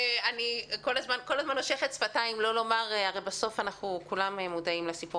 אני כל הזמן נושכת שפתיים לא לומר הרי בסוף כולנו מודעים לסיפור